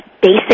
basic